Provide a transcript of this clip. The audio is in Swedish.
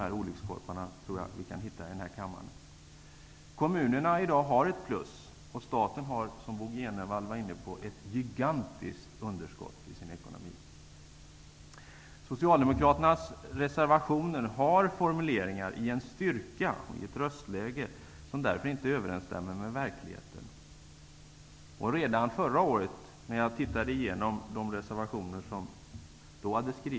Några av olyckskorparna tror jag vi kan hitta i denna kammare. Kommunerna har i dag ett plus. Staten har, som Bo G Jenevall var inne på, ett gigantiskt underskott i sin ekonomi. I Socialdemokraternas reservationer finns formuleringar av en styrka och i ett röstläge som inte överensstämmer med verkligheten. Jag tittade igenom de reservationer som skrevs förra året.